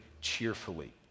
cheerfully